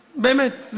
באמת,